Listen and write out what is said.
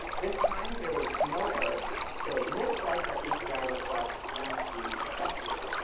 this time there was no error, so it looks like our api request went through successfully.